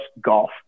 golf